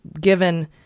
given –